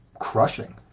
Crushing